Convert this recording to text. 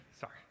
sorry